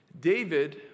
David